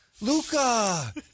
Luca